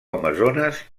amazones